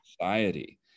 society